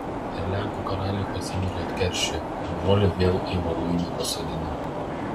ir lenkų karaliui kazimierui atkeršijo brolį vėl į voluinę pasodino